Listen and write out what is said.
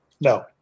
No